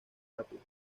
rápida